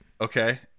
Okay